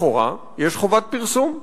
לכאורה, יש חובת פרסום.